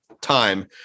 time